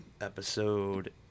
episode